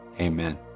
amen